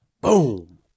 Boom